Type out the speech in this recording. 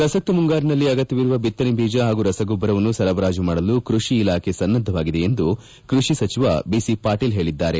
ಪ್ರಸಕ್ತ ಮುಂಗಾರಿನಲ್ಲಿ ಆಗತ್ಯವಿರುವ ಬಿತ್ತನೆ ಬೀಜ ಹಾಗೂ ರಸಗೊಬ್ಬರವನ್ನು ಸರಬರಾಜು ಮಾಡಲು ಕೃಷಿ ಇಲಾಖೆ ಸನ್ನದ್ದವಾಗಿದೆ ಎಂದು ಕೃಷಿ ಸಚಿವ ಬಿಸಿ ಪಾಟೀಲ್ ಹೇಳಿದ್ದಾರೆ